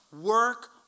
work